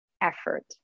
effort